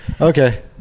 Okay